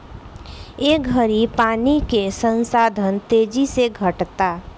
ए घड़ी पानी के संसाधन तेजी से घटता